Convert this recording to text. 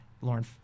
Lauren